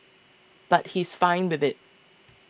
but he's fine with it